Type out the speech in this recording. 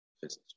physics